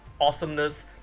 awesomeness